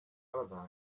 alibi